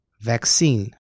vaccine